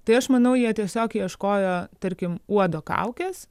tai aš manau jie tiesiog ieškojo tarkim uodo kaukės